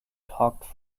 talked